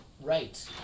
Right